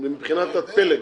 מבחינת הפלג?